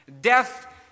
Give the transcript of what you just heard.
Death